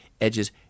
edges